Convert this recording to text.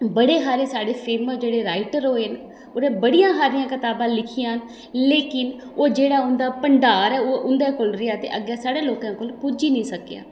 बड़े सारे फेमस जेह्ड़े राईटर्स होये न उनें बड़ियां हारियां कताबां जेह्ड़ियां लिखियां न लेकिन ते एह् जेह्ड़ा उंदा भंडार हा उंदे कोल गै रेहा अग्गें साढ़े लोकें कोल पुज्जी निं सकेआ